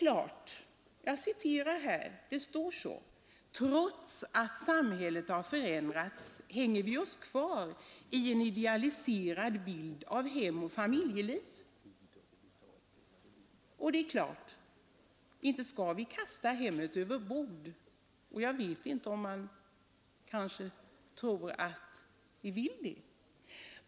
Ja, jag citerar som det står: ”Trots att samhället har förändrats, hänger vi oss kvar i en idealiserad bild av hem och familjeliv.” Det är klart att hemmet inte skall kastas överbord, och jag vet inte om man kanske tror att ni vill det.